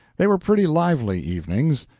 they were pretty lively evenings.